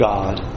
God